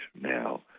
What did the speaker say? now